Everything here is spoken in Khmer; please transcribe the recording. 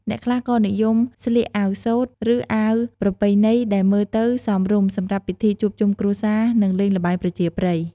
អ្នកខ្លះក៏និយមស្លៀកអាវសូត្រ ឬអាវប្រពៃណីដែលមើលទៅសមរម្យសម្រាប់ពិធីជួបជុំគ្រួសារ និងលេងល្បែងប្រជាប្រិយ។